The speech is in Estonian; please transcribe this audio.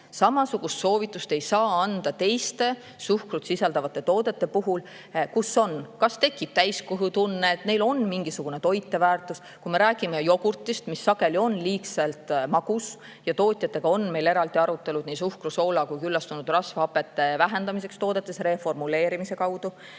Samasugust soovitust ei saa anda teiste suhkrut sisaldavate toodete kohta, mille puhul tekib täiskõhutunne, neil on mingisugune toiteväärtus. Kui me räägime jogurtist, siis sageli on see liiga magus. Tootjatega on meil eraldi arutelud nii suhkru, soola kui ka küllastunud rasvhapete vähendamiseks toodetes reformuleerimise kaudu.